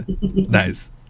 nice